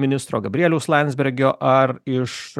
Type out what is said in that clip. ministro gabrieliaus landsbergio ar iš